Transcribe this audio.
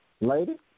Lady